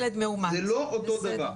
זה לא אותו דבר.